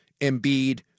Embiid